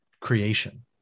Creation